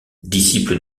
disciple